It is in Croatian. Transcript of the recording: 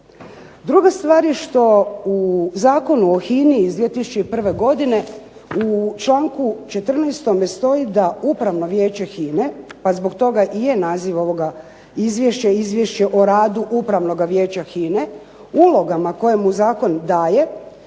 Druga stvar je što u Zakonu o HINA-i iz 2001. godine u članku 14. stoji da Upravno vijeće HINA-e, pa zbog toga i je naziv ovoga izvješća je Izvješće o radu Upravnoga vijeća HINA-e, ulogama koje mu zakon daje